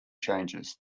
changes